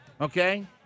okay